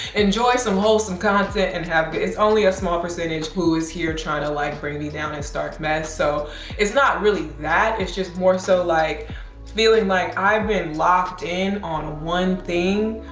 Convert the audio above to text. enjoy some wholesome content and have good. it's only a small percentage who's here trying to like bring me down and start mess. so it's not really that, it's just more so like feeling like i've been locked in on one thing,